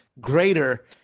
greater